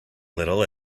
little